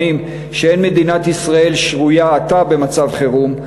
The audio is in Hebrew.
שאין מדינת ישראל שרויה עתה במצב חירום,